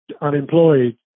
unemployed